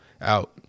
out